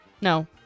no